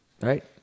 Right